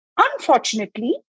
Unfortunately